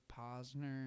Posner